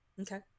Okay